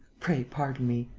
pray pardon me.